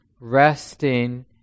resting